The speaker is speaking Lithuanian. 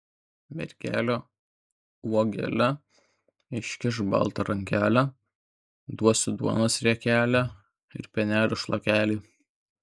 mergele uogele iškišk baltą rankelę duosiu duonos riekelę ir pienelio šlakelį